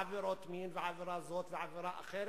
עבירות מין ועבירה כזאת ועבירה אחרת,